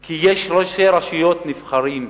כי יש ראשי רשויות נבחרים,